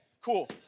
cool